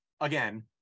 again